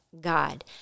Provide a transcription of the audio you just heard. God